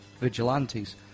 vigilantes